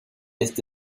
este